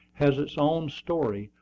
has its own story,